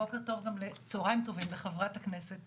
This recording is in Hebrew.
קודם חבר הכנסת